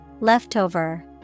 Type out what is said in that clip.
Leftover